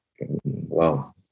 wow